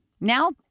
Now